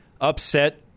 upset